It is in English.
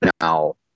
Now